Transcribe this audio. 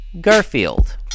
Garfield